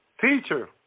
teacher